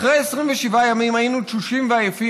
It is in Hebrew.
אחרי 27 ימים היינו תשושים ועייפים.